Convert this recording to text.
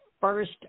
first